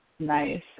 nice